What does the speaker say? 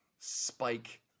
spike